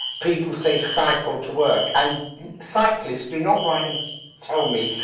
people say cycle to work and cyclists do not write and tell me.